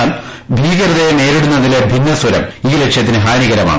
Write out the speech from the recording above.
എന്നാൽ ഭീകരതയെ നേരിടുന്നതിലെ ഭിന്നസ്വരം ഈ ലക്ഷ്യത്തിന് ഹാനികരമാണ്